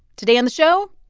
today on the show,